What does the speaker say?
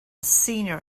senior